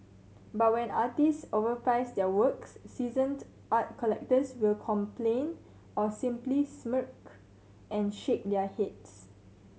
but when artists overprice their works seasoned art collectors will complain or simply smirk and shake their heads